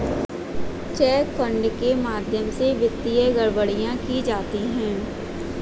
check fraud के माध्यम से वित्तीय गड़बड़ियां की जाती हैं